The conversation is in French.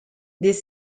des